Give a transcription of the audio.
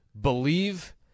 believe